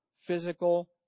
physical